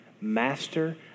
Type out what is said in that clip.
Master